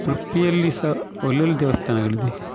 ಉಡುಪಿಯಲ್ಲಿ ಸಹ ಒಳ್ಳೊಳ್ಳೆ ದೇವಸ್ಥಾನಗಳಿದೆ